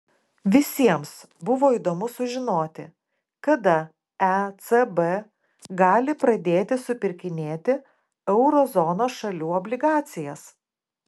visiems buvo įdomu sužinoti kada ecb gali pradėti supirkinėti euro zonos šalių obligacijas